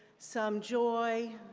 some joy,